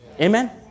Amen